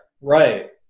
right